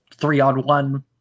three-on-one